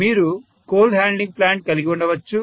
మీరు coal handling plant కలిగివుండవచ్చు